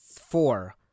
four